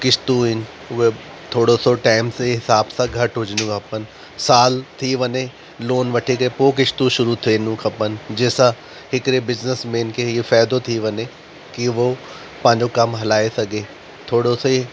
किस्तूं आहिनि उहे थोरो सो तंहिं से हिसाब सां घटि हुजिणूं खपनि सालु थी वने लोन वठिजे पोइ किस्तूं शुरू थिए नि खपनि जेसां हिकिड़े बिज़िनिसमेन खे ईअं फ़ाइदो थी वने की वो पंहिंजो कमु हलाए सघे थोरो से